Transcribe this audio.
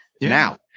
now